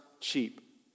cheap